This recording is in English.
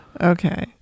Okay